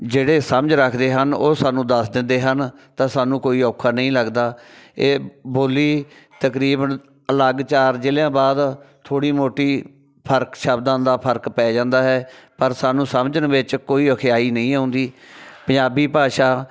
ਜਿਹੜੇ ਸਮਝ ਰੱਖਦੇ ਹਨ ਉਹ ਸਾਨੂੰ ਦੱਸ ਦਿੰਦੇ ਹਨ ਤਾਂ ਸਾਨੂੰ ਕੋਈ ਔਖਾ ਨਹੀਂ ਲੱਗਦਾ ਇਹ ਬੋਲੀ ਤਕਰੀਬਨ ਅਲੱਗ ਚਾਰ ਜ਼ਿਲ੍ਹਿਆਂ ਬਾਅਦ ਥੋੜ੍ਹੀ ਮੋਟੀ ਫਰਕ ਸ਼ਬਦਾਂ ਦਾ ਫਰਕ ਪੈ ਜਾਂਦਾ ਹੈ ਪਰ ਸਾਨੂੰ ਸਮਝਣ ਵਿੱਚ ਕੋਈ ਔਖਿਆਈ ਨਹੀਂ ਆਉਂਦੀ ਪੰਜਾਬੀ ਭਾਸ਼ਾ